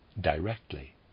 directly